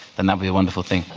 then that'd be a wonderful thing.